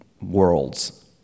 worlds